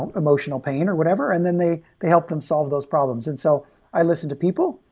and emotional pain, or whatever, and then they they help them solve those problems. and so i listen to people,